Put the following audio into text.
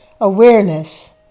awareness